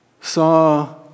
saw